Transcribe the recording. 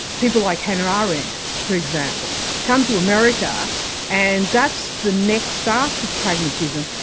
people like hannah arendt for example, come to america and that's the next after pragmatism,